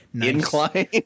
incline